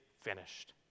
finished